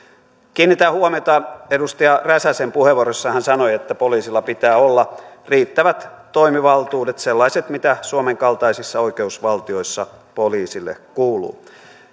kiinnitän huomiota edustaja räsäsen puheenvuoroon jossa hän sanoi että poliisilla pitää olla riittävät toimivaltuudet sellaiset mitä suomen kaltaisissa oikeusvaltioissa poliisille kuuluu